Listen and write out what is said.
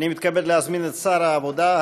אני מתכבד להזמין את שר העבודה,